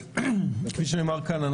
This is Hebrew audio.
כפי שנאמר כאן,